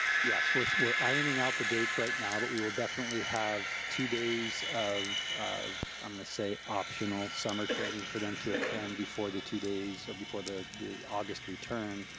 yes, we're we're ironing out the dates right now, but we will definitely have two days of, i'm gonna say, optional summer training for them to attend before the two days or before the the august return.